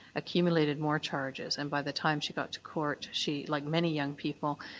accumulated more charges, and by the time she got to court she, like many young people,